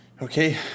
Okay